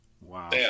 Wow